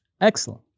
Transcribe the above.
Excellent